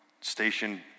station